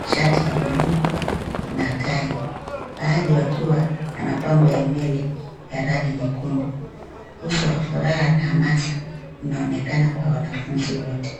shati ya buluu na tai. Baadhi wakiwa na mapambo ya nywele ya rangi nyekundu. Uso wa furaha na hamasa unaonekana kwa wanafunzi wote.